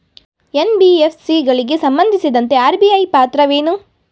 NBFC ಗಳಿಗೆ ಸಂಬಂಧಿಸಿದಂತೆ RBI ಪಾತ್ರವೇನು?